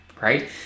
right